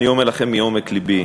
אני אומר לכם מעומק לבי,